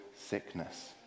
sickness